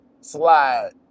slide